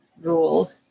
rule